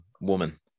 woman